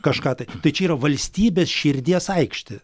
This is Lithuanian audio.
kažką tai tai čia yra valstybės širdies aikštė